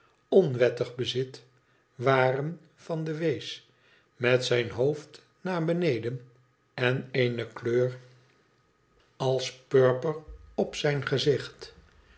onwettig bezit waren van den wees met zijn hoofd naar beneden en eene kleur als piur op zijn gezicht